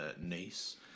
niece